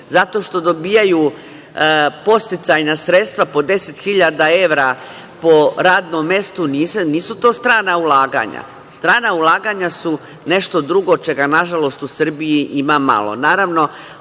zato što dobijaju podsticajna sredstva, po 10.000 evra po radnom mestu, nisu to strana ulaganja. Strana ulaganja su nešto drugo čega, nažalost, u Srbiji ima